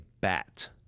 bat